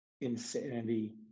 insanity